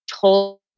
told